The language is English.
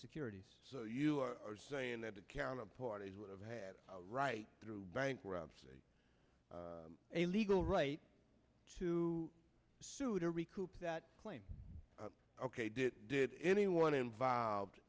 securities so you are saying that account of parties would have had a right through bankruptcy a legal right to sue to recoup that claim ok did did anyone involved